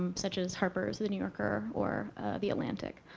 um such as harper's, the new yorker, or the atlantic.